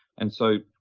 and so,